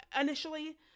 initially